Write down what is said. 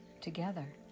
together